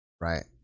Right